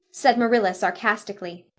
said marilla sarcastically,